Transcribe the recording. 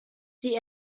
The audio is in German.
die